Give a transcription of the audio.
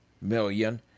million